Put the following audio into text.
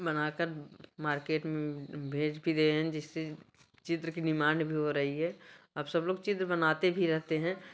बनाकर मार्केट में भेज भी दे हैं जिससे चित्र के डिमांड भी हो रही है अब सब लोग चित्र बनाते भी रहते हैं